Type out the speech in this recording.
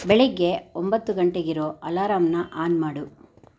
ಬೆಳಿಗ್ಗೆ ಒಂಬತ್ತು ಗಂಟೆಗಿರೋ ಅಲಾರಾಮನ್ನ ಆನ್ ಮಾಡು